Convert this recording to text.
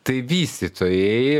tai vystytojai